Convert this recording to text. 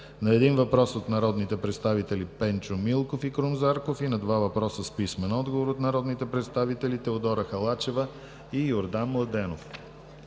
на един въпрос от народните представители Пенчо Милков и Крум Зарков; и на два въпроса с писмен отговор от народните представители Теодора Халачева; и Йордан Младенов;